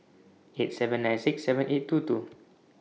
eight seven nine six seven eight two two